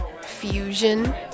Fusion